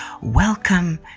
Welcome